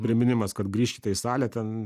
priminimas kad grįžkite į salę ten